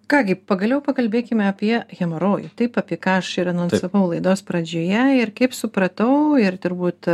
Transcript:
ką gi pagaliau pakalbėkime apie hemorojų taip apie ką aš ir anonsavau laidos pradžioje ir kaip supratau ir turbūt